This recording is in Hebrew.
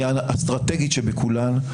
והיא האסטרטגית שבכולן,